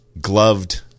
gloved